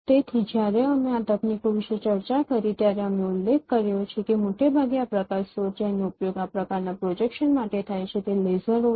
તેથી જ્યારે અમે આ તકનીકો વિશે ચર્ચા કરી ત્યારે અમે ઉલ્લેખ કર્યો છે કે મોટેભાગે આ પ્રકાશ સ્રોત જેનો ઉપયોગ આ પ્રકારના પ્રોજેક્શન માટે થાય છે તે લેસરો છે